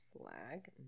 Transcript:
flag